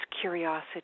curiosity